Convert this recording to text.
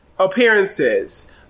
Appearances